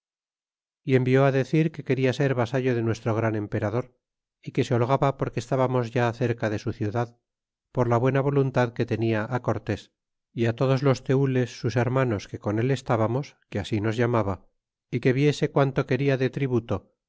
y envió decir que queda ser vasallo de nuestro gran emperador y que se holgaba porque estbamos ya cerca de su ciudad por la buena voluntad que tenia cortés todos los tenles sus hermanos que con él estábamos que así nos llamaba y que viese quanto queda de tributo